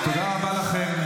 תודה רבה לכם.